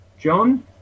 John